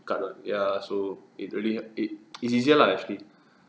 card lah ya so it really help it is easier lah actually